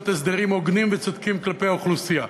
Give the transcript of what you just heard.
הסדרים הוגנים וצודקים כלפי האוכלוסייה.